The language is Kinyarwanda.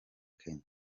kenya